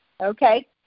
Okay